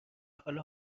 حال